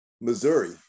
Missouri